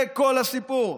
זה כל הסיפור.